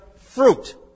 fruit